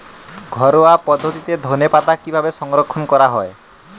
ঘরোয়া পদ্ধতিতে ধনেপাতা কিভাবে সংরক্ষণ করা হয়?